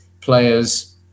players